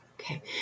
okay